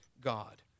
God